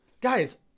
guys